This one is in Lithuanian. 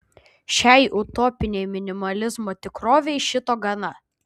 šiai utopinei minimalizmo tikrovei šito gana